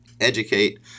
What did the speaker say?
educate